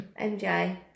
MJ